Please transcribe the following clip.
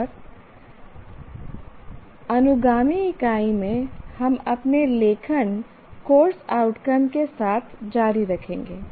और अनुगामी इकाई में हम अपने लेखन कोर्स आउटकम के साथ जारी रखेंगे